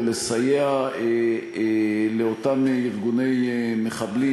ולסייע לאותם ארגוני מחבלים,